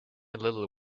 little